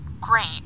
great